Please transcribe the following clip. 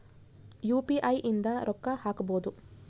UPI ಇಂದ ರೊಕ್ಕ ಹಕ್ಬೋದು